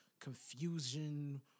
confusion